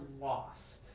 lost